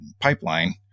pipeline